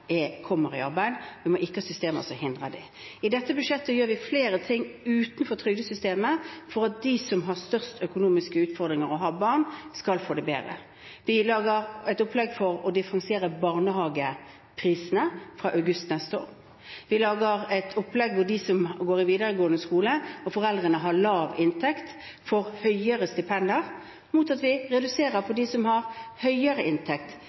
kommer i arbeid, vi må ikke ha systemer som hindrer dem. I dette budsjettet gjør vi flere ting utenfor trygdesystemet for at de som har størst økonomiske utfordringer og har barn, skal få det bedre. Vi lager et opplegg for å differensiere barnehageprisene fra august neste år, vi lager et opplegg hvor de som går i videregående skole og har foreldre med lav inntekt, får høyere stipend, mot at vi reduserer det for dem som har foreldre med høyere inntekt.